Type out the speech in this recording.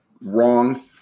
wrong